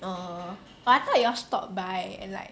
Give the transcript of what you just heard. orh oh I thought you all stop by and like